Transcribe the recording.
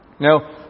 Now